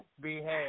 behave